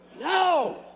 No